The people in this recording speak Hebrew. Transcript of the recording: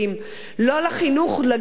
לא לחינוך לגיל הרך.